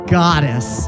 goddess